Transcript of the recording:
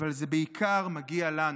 אבל זה בעיקר מגיע לנו,